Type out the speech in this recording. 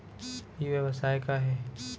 ई व्यवसाय का हे?